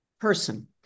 person